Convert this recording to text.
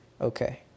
Okay